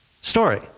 story